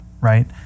Right